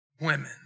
women